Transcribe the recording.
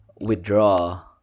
withdraw